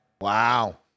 Wow